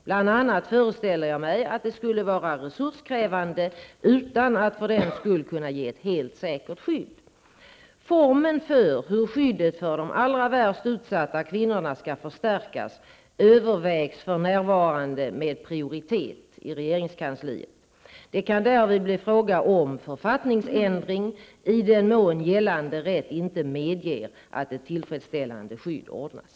Bl.a. föreställer jag mig att det skulle vara resurskrävande utan att för den skull kunna ge ett helt säkert skydd. Formen för hur skyddet för de allra värst utsatta kvinnorna skall förstärkas övervägs för närvarande med prioritet i regeringskansliet. Det kan därvid bli fråga om författningsändring i den mån gällande rätt inte medger att ett tillfredsställande skydd ordnas.